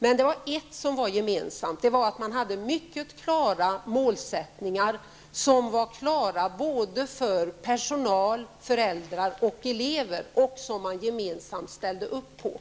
Men det var ett som var gemensamt, och det var att de hade mycket klara målsättningar som var klara för både personal, föräldrar och elever och som de gemensamt ställde sig bakom.